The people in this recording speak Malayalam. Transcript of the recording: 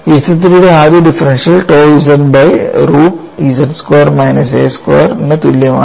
ZIII യുടെ ആദ്യ differential tau z by root z square minus a square ന് തുല്യമാണ്